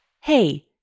Hey